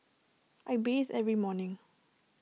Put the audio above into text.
I bathe every morning